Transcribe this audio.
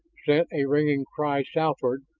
sent a ringing cry southward,